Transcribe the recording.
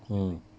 mm